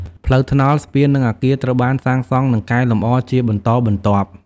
ផ្លូវថ្នល់ ស្ពាន និងអគារត្រូវបានសាងសង់និងកែលម្អជាបន្តបន្ទាប់។